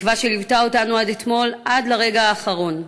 תקווה שליוותה אותנו עד אתמול, עד לרגע האחרון.